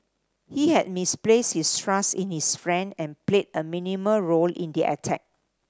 he had misplaced his trust in his friend and played a minimal role in the attack